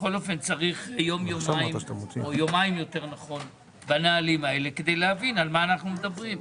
בכל אופן לפי הנהלים האלה צריך יומיים כדי להבין על מה אנחנו מדברים.